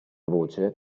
voce